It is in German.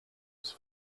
ist